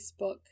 Facebook